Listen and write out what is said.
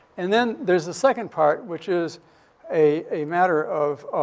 and then there's a second part, which is a a matter of,